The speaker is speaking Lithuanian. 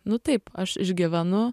nu taip aš išgyvenu